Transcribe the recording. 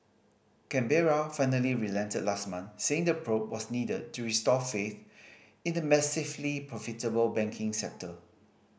Canberra finally relented last month saying the probe was needed to restore faith in the massively profitable banking sector